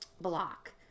block